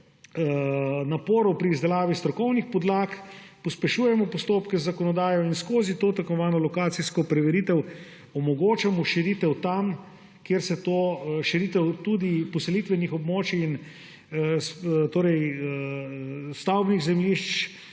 naporov pri izdelavi strokovnih podlag, pospešujemo postopke z zakonodajo in skozi to tako imenovano lokacijsko preveritev omogočamo širitev tudi poselitvenih območij, stavbnih zemljišč